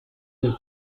del